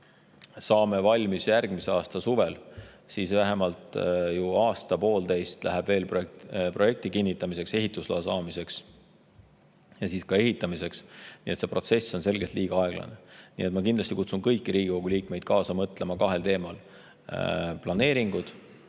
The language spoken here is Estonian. saame valmis järgmise aasta suvel, siis vähemalt aasta-poolteist läheb veel projekti kinnitamiseks, ehitusloa saamiseks ja siis ka ehitamiseks. Nii et see protsess on selgelt liiga aeglane. Ma kutsun kõiki Riigikogu liikmeid üles kaasa mõtlema kahel teemal: planeeringud